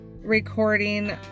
recording